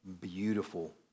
beautiful